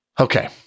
Okay